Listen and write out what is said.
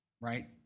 right